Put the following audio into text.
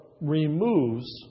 removes